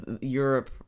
europe